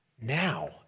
now